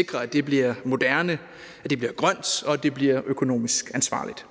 – bliver moderne, at det bliver grønt, og at det bliver økonomisk ansvarligt.